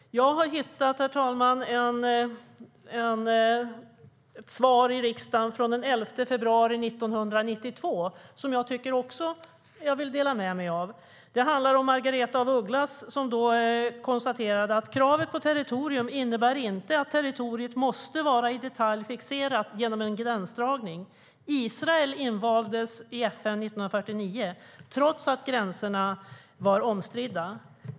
Jag har hittat och vill dela med mig av ett svar i riksdagen från den 11 februari 1992 där Margareta af Ugglas konstaterar: "Kravet på territorium innebär inte att territoriet måste vara i detalj fixerat genom en gränsdragning - Israel invaldes i FN 1949 trots att gränserna var omstridda.